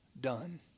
done